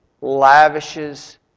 lavishes